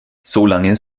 solange